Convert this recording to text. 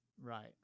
Right